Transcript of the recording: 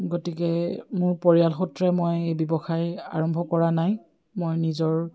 গতিকে মোৰ পৰিয়াল সূত্ৰে মই এই ব্যৱসায় আৰম্ভ কৰা নাই মই নিজৰ